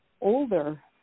older